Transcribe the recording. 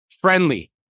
friendly